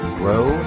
grow